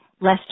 less